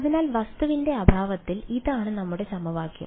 അതിനാൽ വസ്തുവിന്റെ അഭാവത്തിൽ ഇതാണ് നമ്മുടെ സമവാക്യം